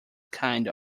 kind